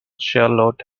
charlotte